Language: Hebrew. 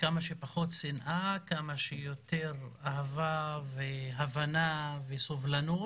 כמה שפחות שנאה, כמה שיותר אהבה והבנה וסובלנות.